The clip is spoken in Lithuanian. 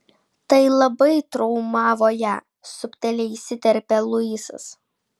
tai labai traumavo ją subtiliai įsiterpia luisas